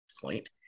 point